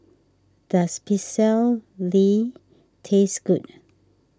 does Pecel Lele taste good